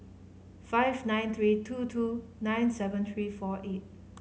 five nine three two two nine seven three four eight